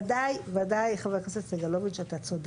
ודאי וודאי חבר הכנסת סגלוביץ' אתה צודק,